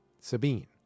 sabine